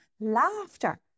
laughter